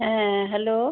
হ্যাঁ হ্যালো